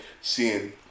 seeing